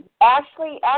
Ashley